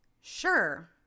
Sure